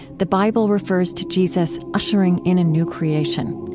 the bible refers to jesus ushering in a new creation.